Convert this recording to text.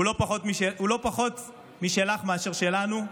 הוא לא פחות משלך מאשר שלנו.